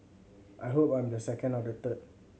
I hope I'm the second or the third